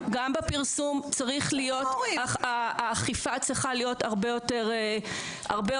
בפרסום האכיפה צריכה להיות הרבה יותר מוקפדת,